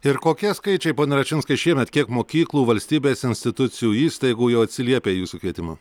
ir kokie skaičiai pone račinskai šiemet kiek mokyklų valstybės institucijų įstaigų jau atsiliepia į jūsų kvietimą